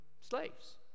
slaves